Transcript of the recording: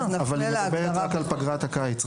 אבל היא מדברת רק על פגרת הקיץ.